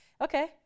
okay